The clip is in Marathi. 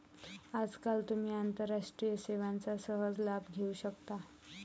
आजकाल तुम्ही आंतरराष्ट्रीय सेवांचा सहज लाभ घेऊ शकता